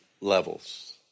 levels